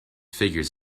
figures